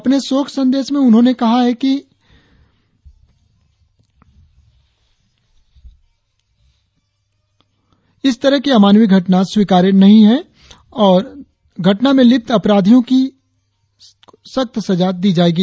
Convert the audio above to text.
अपने शोक संदेश में उन्होंने कहा है कि इस तरह की अमानवीय घटना स्वीकार्य नही है और घटना में लिप्त अपराधियों को सख्त सजा दी जायेगी